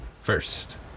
first